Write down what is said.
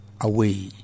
away